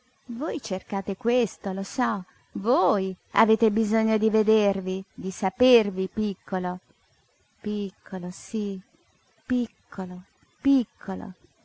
voi cercate questo lo so voi avete bisogno di vedervi di sapervi piccolo piccolo sí piccolo piccolo